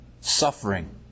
suffering